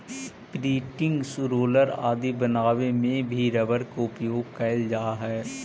printing roller आदि बनावे में भी रबर के उपयोग कैल जा हइ